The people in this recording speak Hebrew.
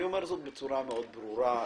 אני אומר את זה בצורה ברורה מאוד.